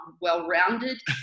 well-rounded